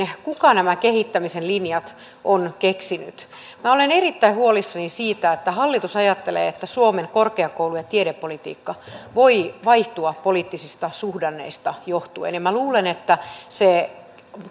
kuka nämä kehittämisen linjat on keksinyt minä olen erittäin huolissani siitä että hallitus ajattelee että suomen korkeakoulu ja tiedepolitiikka voi vaihtua poliittisista suhdanteista johtuen minä luulen että se